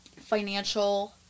financial